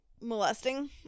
molesting